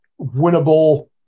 winnable